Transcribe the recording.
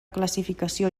classificació